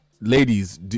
ladies